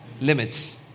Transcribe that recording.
limits